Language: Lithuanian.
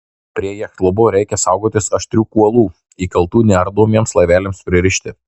prie jachtklubo reikia saugotis aštrių kuolų įkaltų neardomiems laiveliams pririšti